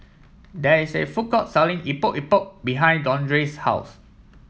there is a food court selling Epok Epok behind Dondre's house